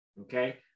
Okay